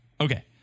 Okay